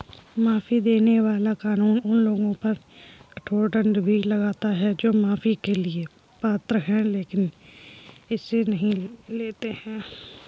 माफी देने वाला कानून उन लोगों पर कठोर दंड भी लगाता है जो माफी के लिए पात्र हैं लेकिन इसे नहीं लेते हैं